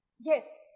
yes